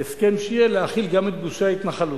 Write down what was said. בהסכם שיהיה, להכיל גם את גושי ההתנחלות.